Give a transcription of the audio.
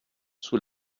sous